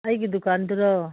ꯑꯩꯒꯤ ꯗꯨꯀꯥꯟꯗꯨꯔꯣ